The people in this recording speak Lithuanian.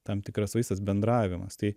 tam tikras vaistas bendravimas tai